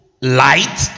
light